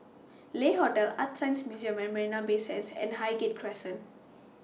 Le Hotel ArtScience Museum At Marina Bay Sands and Highgate Crescent